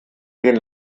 den